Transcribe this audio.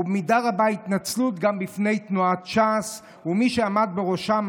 ובמידה רבה התנצלות גם בפני תנועת ש"ס ומי שעמד בראשה,